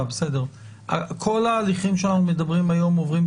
האם כשאנחנו מתקנים עכשיו את התקנות.